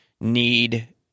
need